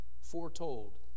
foretold